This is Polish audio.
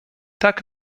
tak